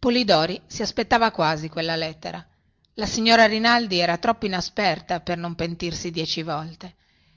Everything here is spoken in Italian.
polidori si aspettava quasi quella lettera la signora rinaldi era troppo inesperta per non pentirsi dieci volte